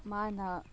ꯃꯥꯅ